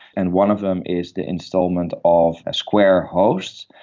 and one of them is the instalment of a square host,